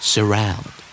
Surround